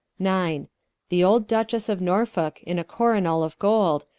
nine the olde dutchesse of norfolke, in a coronall of gold,